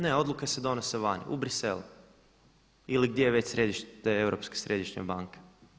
Ne, odluke se donose vani u Bruxellesu ili gdje je već središte te Europske središnje banke.